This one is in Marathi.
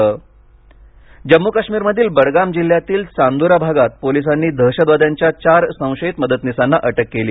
संशयित अटक जम्मू काश्मीरमधील बडगाम जिल्ह्यातील चांदूरा भागात पोलिसांनी दहशतवाद्यांच्या चार संशयित मदतनीसांना अटक केली